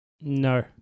No